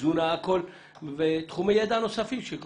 תזונה ותחומי ידע נוספים.